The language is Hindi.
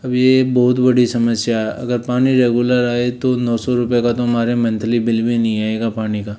अब यह बहुत बड़ी समस्या है अगर पानी रेगुलर आए तो नौ सौ रुपये का तो हमारा मंथली बिल भी नहीं आएगा पानी का